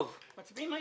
מצביעים היום?